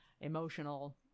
emotional